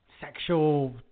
sexual